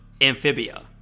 Amphibia